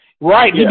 Right